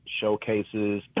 showcases